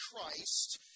Christ